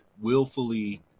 willfully